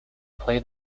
play